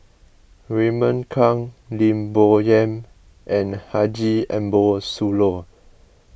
Raymond Kang Lim Bo Yam and Haji Ambo Sooloh